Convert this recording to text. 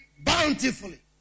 bountifully